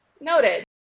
Noted